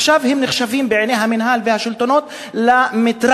ועכשיו הם נחשבים בעיני המינהל והשלטונות למטרד,